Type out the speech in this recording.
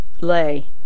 lay